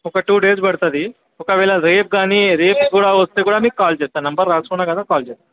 ఒక two days పడుతుంది ఒకవేళ రేపు కానీ రేపు కూడ వస్తే కూడ మీకు కాల్ చేస్తాను నంబర్ రాసుకున్నాను కదా కాల్ చేస్తాను